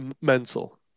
mental